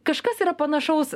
kažkas yra panašaus